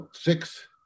six